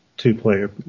two-player